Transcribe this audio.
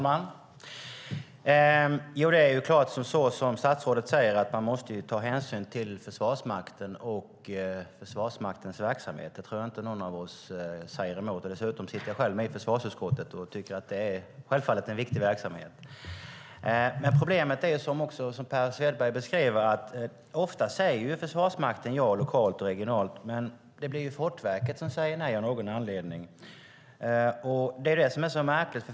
Herr talman! Som statsrådet säger måste man såklart ta hänsyn till Försvarsmakten och Försvarsmaktens verksamhet. Jag tror inte att någon av oss säger emot det. Dessutom sitter jag själv i försvarsutskottet och tycker att det självfallet är en viktig verksamhet. Problemet är, som Per Svedberg beskriver, att Försvarsmakten ofta lokalt och regionalt säger ja, men Fortifikationsverket säger nej av någon anledning. Det är det som är så märkligt.